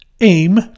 aim